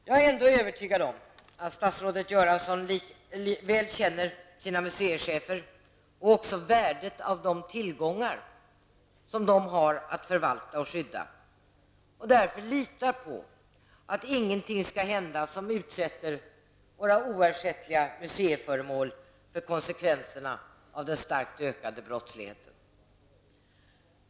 Jag är ändå övertygad om att statsrådet Göransson väl känner sina museichefer och också värdet av de tillgångar som de har att förvalta och skydda, och därför litar på att ingenting skall hända som utsätter våra oersättliga museiförmål för konsekvenserna av den starkt ökade brottsligheten.